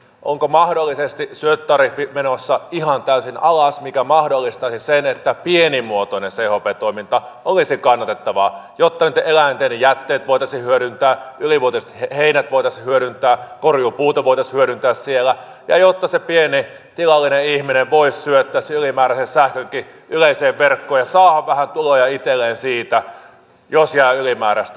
onko mahdollisesti syöttötariffi menossa ihan täysin alas mikä mahdollistaisi sen että pienimuotoinen chp toiminta olisi kannatettavaa jotta niitten eläinten jätteet voitaisiin hyödyntää ylivuotiset heinät voitaisiin hyödyntää korjuupuuta voitaisiin hyödyntää siellä ja jotta se pientilallinen ihminen voisi syöttää sen ylimääräisen sähkönkin yleiseen verkkoon ja saada vähän tuloja itselleen siitä jos jää ylimääräistä